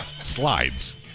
slides